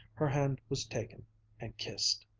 her hand was taken and kissed.